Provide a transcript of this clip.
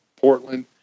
Portland